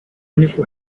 único